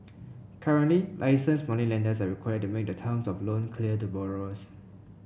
currently licensed moneylenders are required to make the terms of loan clear to borrowers